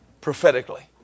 Prophetically